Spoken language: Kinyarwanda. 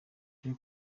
col